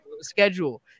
schedule